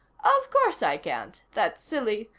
of course i can't. that's silly.